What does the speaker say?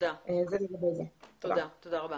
יש כאן הרבה